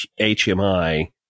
HMI